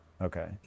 Okay